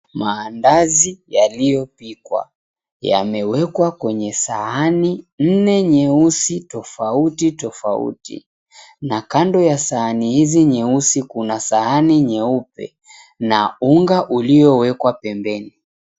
Maandazi yaliyopikwa yamewekwa kwenye sahani nne nyeusi tofauti tofauti na kando ya sahani hizi nyeusi kuna sahani nyeupe na unga uliowekwa pembeni.